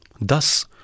Thus